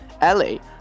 ellie